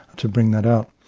to bring that out.